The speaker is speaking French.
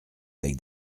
avec